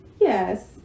yes